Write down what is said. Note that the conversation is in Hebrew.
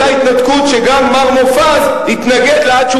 אותה התנתקות שגם מר מופז התנגד לה עד שהוא